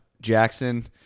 Jackson